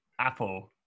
Apple